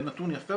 זה נתון יפה,